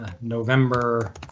november